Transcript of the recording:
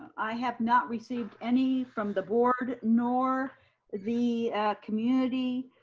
i have not received any from the board nor the community.